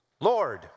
Lord